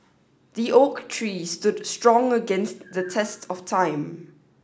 the oak tree stood strong against the test of time